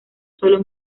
solo